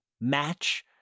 match